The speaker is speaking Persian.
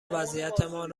وضعیتمان